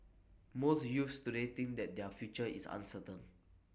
most youths today think that their future is uncertain